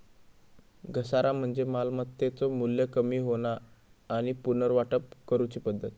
घसारा म्हणजे मालमत्तेचो मू्ल्य कमी होणा आणि पुनर्वाटप करूची पद्धत